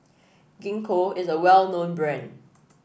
Gingko is a well known brand